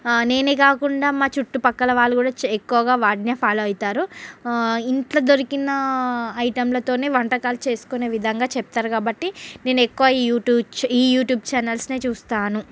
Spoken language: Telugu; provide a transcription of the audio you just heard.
నేనే కాకుండా మా చుట్టుపక్కల వాళ్ళు కూడా చే ఎక్కువగా వాటినే ఫాలో అవుతారు ఇంట్లో దొరికినా ఐటమ్లతోనే వంటకాలు చేసుకునే విధంగా చెప్తారు కాబట్టి నేను ఎక్కువ యూట్యూబ్ ఛా ఈ యూట్యూబ్ ఛానల్స్నే చూస్తాను